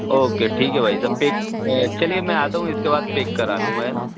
okay ठीक है भाई साहब चलिए मैं आता हूँ इसके बाद पेक करा लूँगा है ना